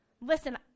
Listen